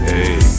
Hey